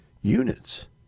units